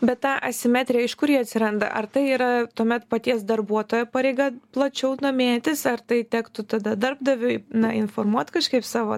bet ta asimetrija iš kur ji atsiranda ar tai yra tuomet paties darbuotojo pareiga plačiau domėtis ar tai tektų tada darbdaviui na informuot kažkaip savo